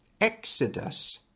Exodus